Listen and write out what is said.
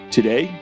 Today